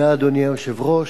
אדוני היושב-ראש,